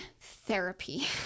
therapy